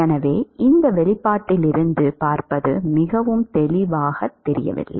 எனவே இந்த வெளிப்பாட்டிலிருந்து பார்ப்பது மிகவும் தெளிவாகத் தெரியவில்லை